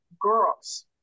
girls